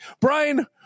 brian